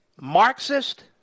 Marxist